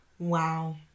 Wow